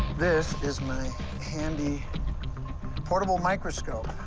this is my handy portable microscope.